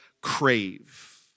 crave